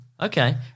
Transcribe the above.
Okay